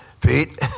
Pete